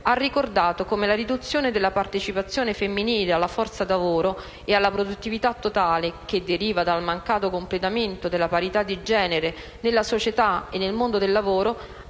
ha ricordato come la riduzione della partecipazione femminile alla forza lavoro e alla produttività totale, che deriva dal mancato completamento della parità di genere nella società e nel mondo del lavoro,